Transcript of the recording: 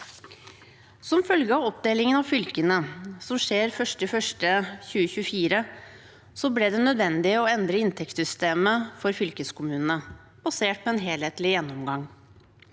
Som følge av oppdelingen av fylkene som skjer 1. januar 2024, ble det nødvendig å endre inntektssystemet for fylkeskommunene, basert på en helhetlig gjennomgang.